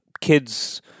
kid's